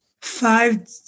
five